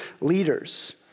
leaders